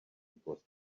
because